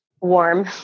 warm